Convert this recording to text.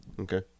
Okay